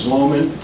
Loman